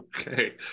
Okay